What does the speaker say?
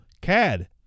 CAD